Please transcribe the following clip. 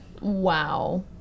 Wow